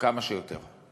כמה שיותר.